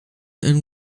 and